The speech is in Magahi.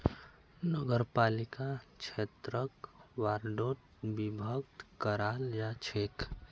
नगरपालिका क्षेत्रक वार्डोत विभक्त कराल जा छेक